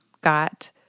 got